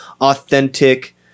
authentic